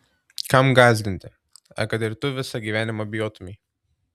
kam gąsdinti ar kad ir tu visą gyvenimą bijotumei